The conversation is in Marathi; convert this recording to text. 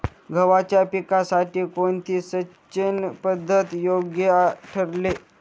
गव्हाच्या पिकासाठी कोणती सिंचन पद्धत योग्य ठरेल?